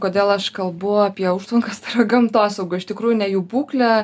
kodėl aš kalbu apie užtvankas gamtosaugoj iš tikrųjų ne jų būklė